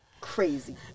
crazy